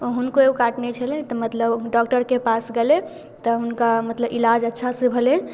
हुनको एगो काटने छलै तऽ मतलब डॉक्टरके पास गेलै तऽ हुनका मतलब इलाज अच्छासँ भेलै